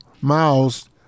Miles